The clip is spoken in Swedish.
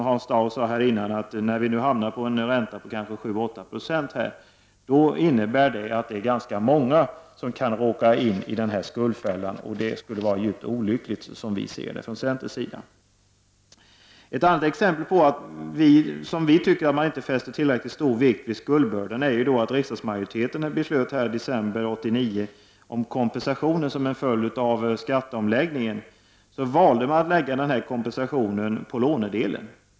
Hans Dau sade att när vi nu får en ränta på 7-8 70 innebär det att ganska många kan råka in i skuldfällan. Det skulle vara djupt olyckligt, som vi ser det från centerns sida. Ett annat exempel på att man, som vi tycker, inte fäster tillräckligt stor vikt vid skuldbördan är att riksdagens majoritet i sitt beslut i december 1989 om kompensation som en följd av skatteomläggningen valde att lägga kompensationen på lånedelen.